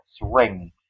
Ring